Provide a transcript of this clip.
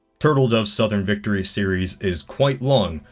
turtledove's southern victory series, is quite long.